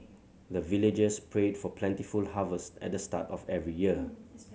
the villagers pray for plentiful harvest at the start of every year